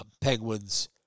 Penguins